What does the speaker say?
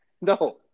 No